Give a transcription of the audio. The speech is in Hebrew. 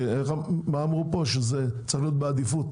אמרו פה שזה צריך להיות בעדיפות,